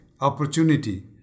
opportunity